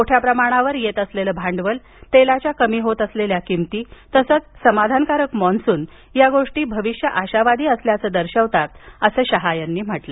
मोठ्या प्रमाणावर येत असलेलं भांडवल तेलाच्या कमी होत असलेल्या किमती तसंच समाधानकारक मान्सून या गोष्टी भविष्य आशावादी असल्याचं दर्शवतात असं शाह म्हणाले